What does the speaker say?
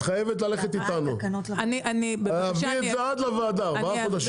את חייבת ללכת איתנו להביא את זה עד לוועדה תוך ארבעה חודשים.